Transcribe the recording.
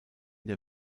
der